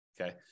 Okay